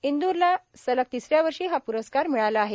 इंदूर ला सलग तिसऱ्या वर्षी हा प्रस्कार मिळाला आहे